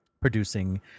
producing